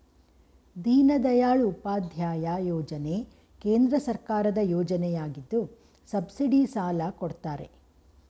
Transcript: ದೀನದಯಾಳ್ ಉಪಾಧ್ಯಾಯ ಯೋಜನೆ ಕೇಂದ್ರ ಸರ್ಕಾರದ ಯೋಜನೆಯಗಿದ್ದು ಸಬ್ಸಿಡಿ ಸಾಲ ಕೊಡ್ತಾರೆ